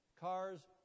Cars